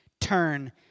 turn